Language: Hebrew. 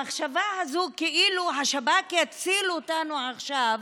המחשבה הזו, כאילו השב"כ יציל אותנו עכשיו,